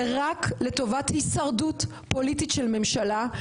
רק לטובת הישרדות פוליטית של ממשלה,